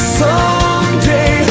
someday